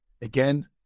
again